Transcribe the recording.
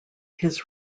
his